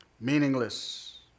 Meaningless